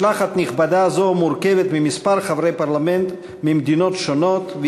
משלחת נכבדה זו מורכבת מכמה חברי פרלמנט ממדינות שונות,